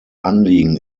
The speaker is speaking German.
anliegen